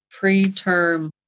preterm